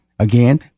Again